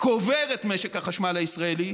קובר את משק החשמל הישראלי